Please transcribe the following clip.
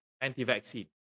anti-vaccine